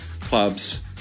Clubs